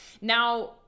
Now